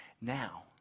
Now